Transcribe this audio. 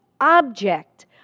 object